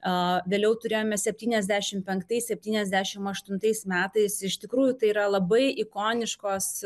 o vėliau turėjome septyniasdešim penktais septyniasdešim aštuntais metais iš tikrųjų tai yra labai ikoniškos